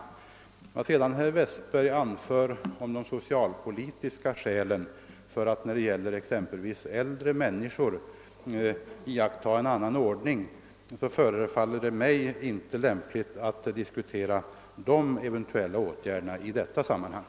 Beträffande vad herr Westberg i Ljusdal anför om socialpolitiska skäl för att när det gäller exempelvis äldre människor tillämpa en annan ordning, förefaller det mig inte lämpligt att diskutera sociala åtgärder i detta sammanhang.